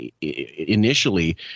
initially